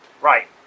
Right